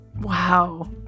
Wow